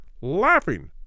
laughing